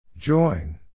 Join